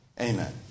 Amen